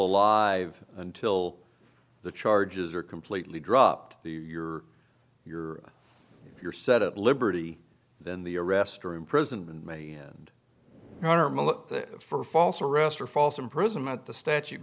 alive until the charges are completely dropped the you're you're you're set at liberty than the arrest or imprisonment may end harmala for false arrest or false imprisonment the statute